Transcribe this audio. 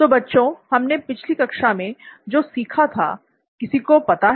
तो बच्चों हमने पिछली कक्षा में जो सीखा था किसी को पता है